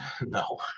No